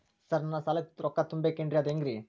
Sir ನನ್ನ ಸಾಲಕ್ಕ ರೊಕ್ಕ ತುಂಬೇಕ್ರಿ ಅದು ಹೆಂಗ್ರಿ?